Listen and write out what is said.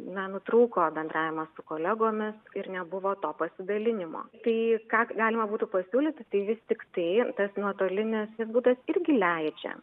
na nutrūko bendravimas su kolegomis ir nebuvo to pasidalinimo tai ką galima būtų pasiūlyti tai vis tiktai tas nuotolinis būdas irgi leidžia